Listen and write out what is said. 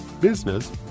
business